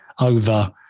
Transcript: over